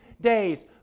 days